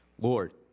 Lord